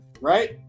Right